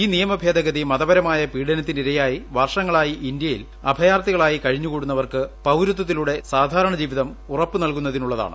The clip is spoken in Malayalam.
ഈ നിയമഭേദഗതി മതപരമായ പീഡനത്തിനിരയായി വർഷങ്ങളായി ഇന്ത്യയിൽ അഭയാർത്ഥികളായി കഴിഞ്ഞുകൂടുന്നവർക്ക് പൌരത്വത്തിലൂടെ സാധാരണ ജീവിതം ഉറപ്പു നൽകുന്നതിനുള്ളതാണ്